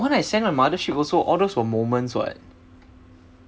the one I send on Mothership also all those were moments [what]